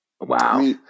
wow